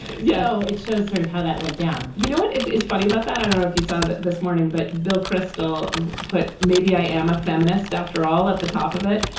you know it shows sort of how that went down you know what is funny about that i don't know if you saw that this morning. but bill kristol put maybe i am a feminist after all at the top of it.